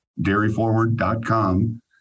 dairyforward.com